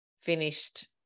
finished